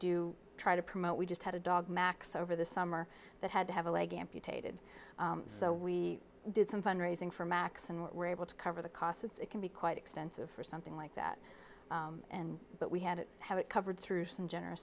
do try to promote we just had a dog max over the summer that had to have a leg amputated so we did some fund raising for max and were able to cover the costs it can be quite extensive for something like that and but we had to have it covered through some gener